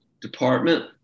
Department